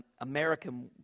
American